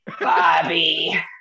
Bobby